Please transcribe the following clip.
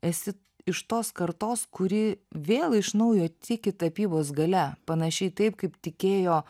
esi iš tos kartos kuri vėl iš naujo tiki tapybos galia panašiai taip kaip tikėjo